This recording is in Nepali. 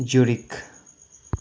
जुरिक